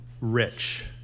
rich